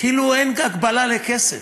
כאילו אין הגבלה לכסף,